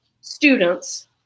students